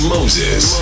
Moses